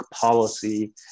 policy